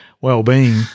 wellbeing